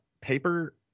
Paper